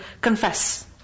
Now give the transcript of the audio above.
confess